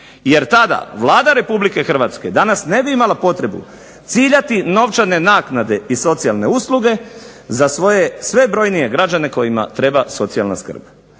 jer tada Vlada Republike Hrvatske danas ne bi imala potrebu ciljati novčane naknade i socijalne usluge za svoje sve brojnije građane kojima treba socijalna skrb.